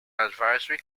advisory